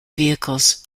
vehicles